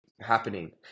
happening